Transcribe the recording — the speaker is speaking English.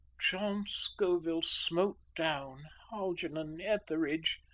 john scoville smote down algernon etheridge!